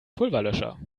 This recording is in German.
pulverlöscher